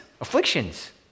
Afflictions